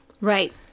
Right